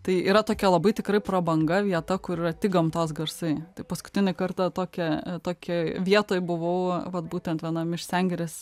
tai yra tokia labai tikrai prabanga vieta kur yra tik gamtos garsai tai paskutinį kartą tokią tokioj vietoj buvau vat būtent vienam iš sengirės